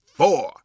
four